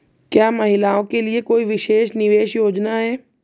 क्या महिलाओं के लिए कोई विशेष निवेश योजना है?